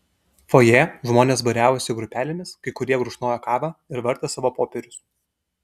fojė žmonės būriavosi grupelėmis kai kurie gurkšnojo kavą ir vartė savo popierius